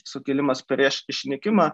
sukilimas prieš išnykimą